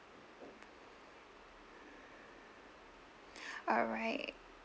alright